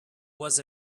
was